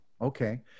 Okay